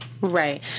right